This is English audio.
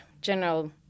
general